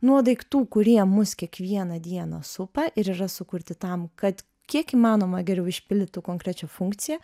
nuo daiktų kurie mus kiekvieną dieną supa ir yra sukurti tam kad kiek įmanoma geriau išpildytų konkrečią funkciją